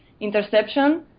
interception